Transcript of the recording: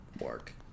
work